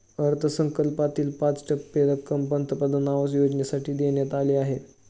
अर्थसंकल्पातील पाच टक्के रक्कम पंतप्रधान आवास योजनेसाठी देण्यात आली आहे